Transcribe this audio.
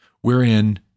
wherein